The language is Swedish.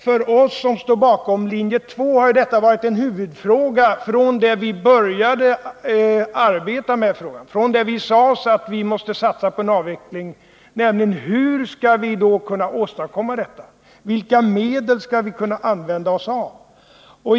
För oss som står bakom linje 2 har huvudfrågan från det att vi sade oss att vi måste satsa på en avveckling varit: Hur skall vi kunna åstadkomma denna? Vilka medel skall vi använda oss av?